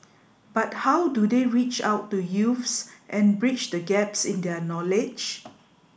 but how do they reach out to youths and bridge the gaps in their knowledge